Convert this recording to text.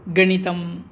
गणितम्